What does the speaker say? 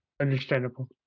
Understandable